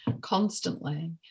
constantly